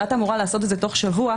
ואת אמורה לעשות את זה תוך שבוע,